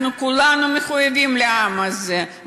אנחנו כולנו מחויבים לעם הזה,